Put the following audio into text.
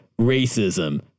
racism